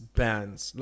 bands